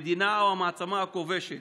המדינה או המעצמה הכובשת